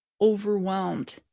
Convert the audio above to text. overwhelmed